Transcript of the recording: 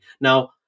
Now